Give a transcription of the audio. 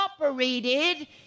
operated